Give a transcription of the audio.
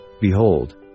Behold